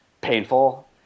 painful